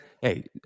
hey